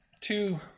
two